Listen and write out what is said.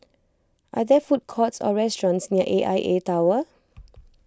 are there food courts or restaurants near A I A Tower